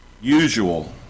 usual